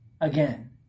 Again